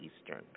Eastern